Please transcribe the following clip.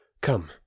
Come